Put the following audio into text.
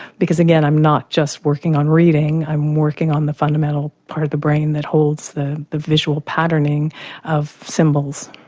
because again i'm not just working on reading i'm working on the fundamental part of the brain that holds the the visual patterning of symbols.